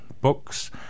books